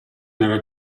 nella